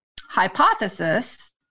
hypothesis